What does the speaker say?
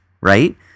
right